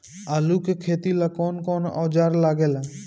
आलू के खेती ला कौन कौन औजार लागे ला?